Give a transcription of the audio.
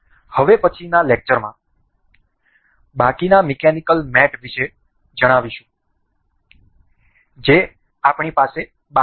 હવે પછીના લેક્ચરમાં બાકીના મિકેનિકલ મેટ વિશે જણાવીશું જે આપણી પાસે બાકી છે